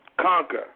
Conquer